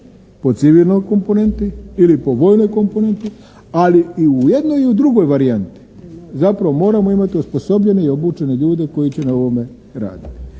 po civilnoj komponenti ili po vojnoj komponenti. Ali i u jednoj i u drugoj varijanti zapravo moramo imati osposobljene i obučene ljude koji će na ovome raditi.